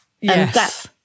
Yes